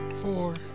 Four